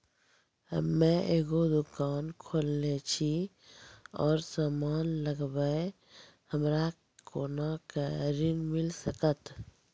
हम्मे एगो दुकान खोलने छी और समान लगैबै हमरा कोना के ऋण मिल सकत?